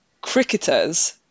cricketers